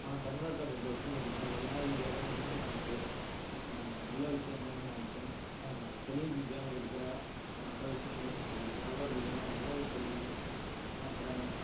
ஆனால் தமிழ்நாட்டை பொறுத்த வரைக்கும் பார்த்தீங்கன்னா எல்லா ஏரியாவிலையும் ஒன்றுக்கொன்று நல்ல விஷயங்களும் ஆகட்டும் தொழில் ரீதியான இருக்கிற மற்ற விஷயங்களும் சரி வியாபார ரீதியான உணவு தொழில் மற்ற